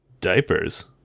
diapers